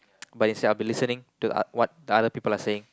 but instead I'll be listening to uh what the other people are saying